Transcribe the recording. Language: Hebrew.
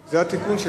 התיקון,